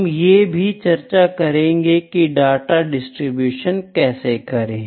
हम ये भी चर्चा करेंगे की डाटा के डिस्ट्रीब्यूशन कैसे करे